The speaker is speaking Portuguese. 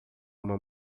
uma